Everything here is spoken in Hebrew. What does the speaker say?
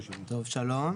שלום.